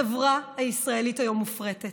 החברה הישראלית היום מופרטת.